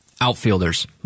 outfielders